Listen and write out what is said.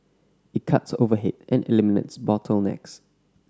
it cuts overhead and eliminates bottlenecks